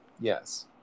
Yes